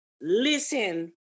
listen